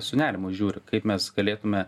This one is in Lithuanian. su nerimu žiūri kaip mes galėtume